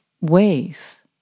ways